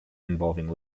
involving